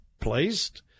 placed